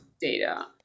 data